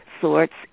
sorts